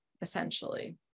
essentially